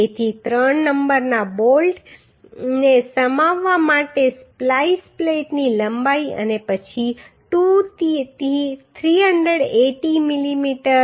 તેથી ત્રણ નંબરના બોલ્ટને સમાવવા માટે સ્પ્લાઈસ પ્લેટની લંબાઈ અને પછી 2 તેથી 380 મિલીમીટર